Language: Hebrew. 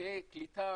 שתהיה קליטה